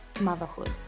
motherhood